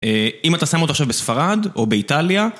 אם אתה שם אותו עכשיו בספרד או באיטליה